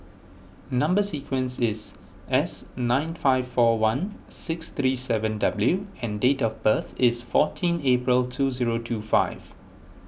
Number Sequence is S nine five four one six three seven W and date of birth is fourteen April two zero two five